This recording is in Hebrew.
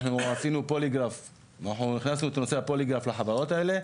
אנחנו הכנסנו את נושא הפוליגרף לחברות האלה,